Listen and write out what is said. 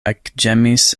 ekĝemis